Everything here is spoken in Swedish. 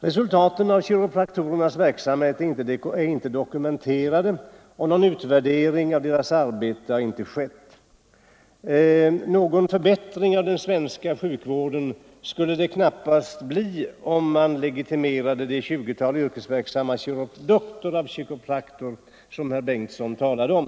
Resultaten av kiropraktorernas verksamhet är inte dokumenterade, och någon utvärdering av deras arbete har inte heller gjorts. Någon förbättring av den svenska sjukvården skulle det knappast bli, om man legitimerade det tjugotal yrkesverksamma Doctors of Chiropractic som herr Bengtsson talade om.